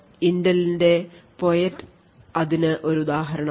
Intel ന്റെ PoET അതിനു ഒരു ഉദാഹരണമാണ്